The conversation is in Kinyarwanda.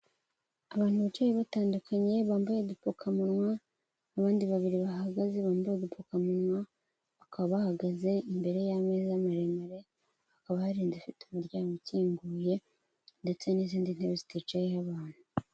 Abantu bicaye batandukanye bambaye udupfukamunwa abandi babiri bahagaze bambaye udupfukamunwa bakaba bahagaze imbere y'ameza maremare hakaba harindi ifite umuryango ukinguye ndetse n'izindi ntebe ziticaye abantu.